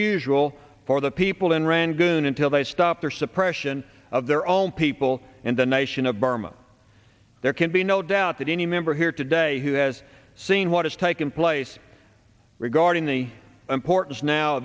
usual for the people in rangoon until they stop their suppression of their own people and the nation of burma there can be no doubt that any member here today who has seen what has taken place regarding the importance now